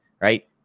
right